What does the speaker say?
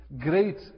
great